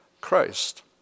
Christ